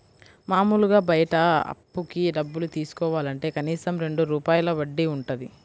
మాములుగా బయట అప్పుకి డబ్బులు తీసుకోవాలంటే కనీసం రెండు రూపాయల వడ్డీ వుంటది